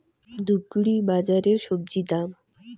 ধূপগুড়ি বাজারের স্বজি দাম?